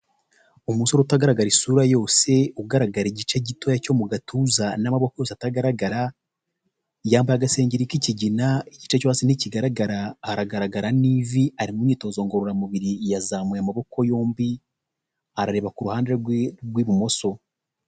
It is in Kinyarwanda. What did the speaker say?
Umusore utagaragara isura yose, ugaragara igice gitoya cyo mu gatuza, n'amaboko yose atagaragara, yambaye agasengeri k'ikigina igice cyose ntikigaragara, aragaragara n'ivi ari mu myitozo ngororamubiri, yazamuye amaboko yombi arareba ku ruhande rwe rw'ibumoso.